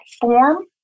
form